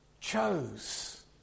chose